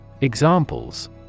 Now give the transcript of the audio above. Examples